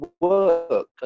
work